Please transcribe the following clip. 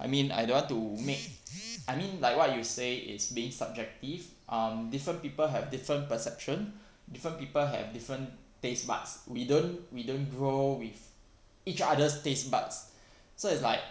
I mean I don't want to make I mean like what you say it's being subjective um different people have different perception different people have different taste buds we don't we don't grow with each other's taste buds so it's like